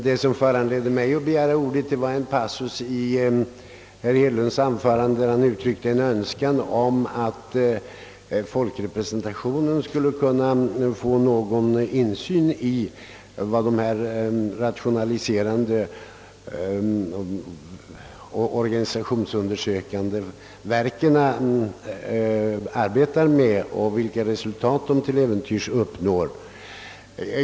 Vad som föranledde mig att begära ordet var en passus i herr Hedlunds anförande, där han uttryckte en önskan om att folkrepresentationen skulle få någon insyn i vad de rationaliserande och organisationsundersökande verken arbetar med och vilka resultat de till äventyrs uppnår.